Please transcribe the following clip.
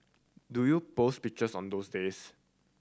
do you post pictures on those days